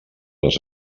les